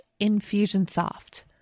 Infusionsoft